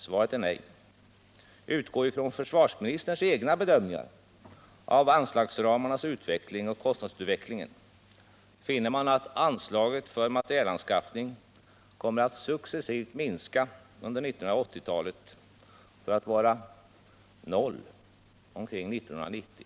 Svaret är nej, för om vi utgår från försvarsministerns egna bedömningar av anslagsramarnas utveckling och av kostnadsutvecklingen, finner vi att anslaget för materielanskaffning kommer att successivt minska under 1980-talet för att vara noll omkring 1990.